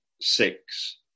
six